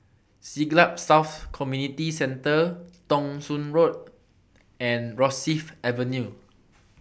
Siglap South Community Centre Thong Soon Road and Rosyth Avenue